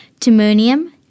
Timonium